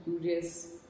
curious